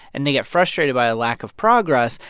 and they get frustrated by a lack of progress.